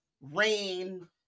rain